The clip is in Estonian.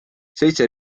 seitse